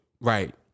right